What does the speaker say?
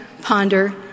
ponder